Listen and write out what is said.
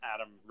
Adam